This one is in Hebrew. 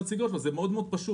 הן מציגות לו: "זה מאוד מאוד פשוט,